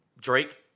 Drake